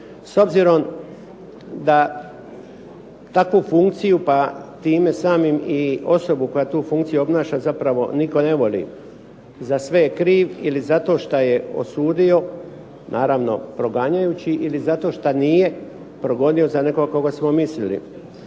s obzirom da takvu funkciju, pa time samim i osobu koja tu funkciju obnaša zapravo nitko ne voli. Za sve je kriv ili zato šta je osudio, naravno proganjajući, ili zato šta nije progonio za nekoga koga smo mislili.